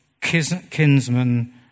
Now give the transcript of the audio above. kinsman